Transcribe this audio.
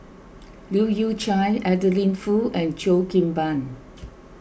Leu Yew Chye Adeline Foo and Cheo Kim Ban